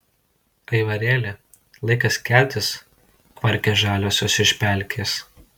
aivarėli laikas keltis kvarkia žaliosios iš pelkės